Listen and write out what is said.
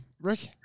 Rick